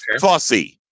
fussy